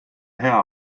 hea